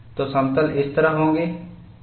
तो समतल इस तरह होंगे